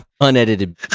Unedited